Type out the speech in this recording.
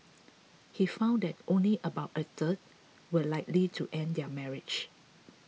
he found that only about a third were likely to end their marriage